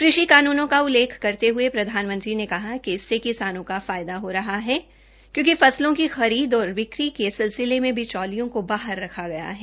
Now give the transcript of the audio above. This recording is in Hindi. कृषि कानूनों का उल्लेखन करते हये प्रधानमंत्री ने कहा कि इससे किसानों को फायदा हो रहा है क्योंकि फसलों की खरीद और बिक्री के सिलसिले में बिचौलियों को बाहर रखा गया है